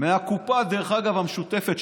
מהקופה המשותפת,